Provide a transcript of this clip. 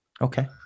Okay